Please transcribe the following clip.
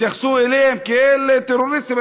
התייחסו אליהם כאל טרוריסטים,